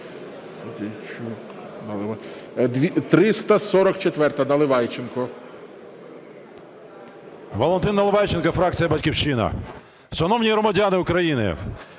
Валентин Наливайченко, фракція "Батьківщина". Шановні громадяни України,